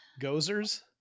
Gozers